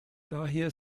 daher